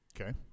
Okay